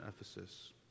Ephesus